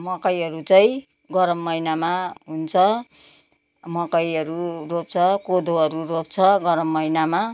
मकैहरू चाहिँ गरम महिनामा हुन्छ मकैहरू रोप्छ कोदोहरू रोप्छ गरम महिनामा